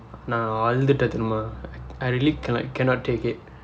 நான் அழுதுவிட்டேன் தெரியுமா:naan azhuthuvitdeen theriyumaa I really cannot cannot take it